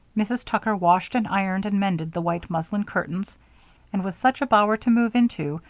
mrs. tucker washed and ironed and mended the white muslin curtains and, with such a bower to move into,